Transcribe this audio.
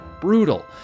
brutal